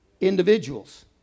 individuals